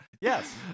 Yes